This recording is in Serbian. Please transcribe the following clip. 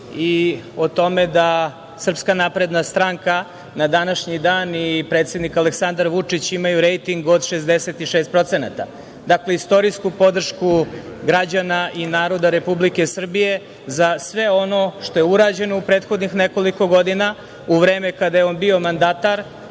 i o tome da SNS na današnji dan i predsednik Aleksandar Vučić imaju rejting od 66%. Dakle, istorijsku podršku građana i naroda Republike Srbije za sve ono što je urađeno u prethodnih nekoliko godina, u vreme kada je on bio mandatar